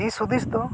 ᱫᱤᱥᱦᱩᱫᱤᱥ ᱫᱚ